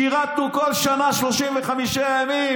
שירתנו כל שנה 35 ימים,